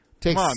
take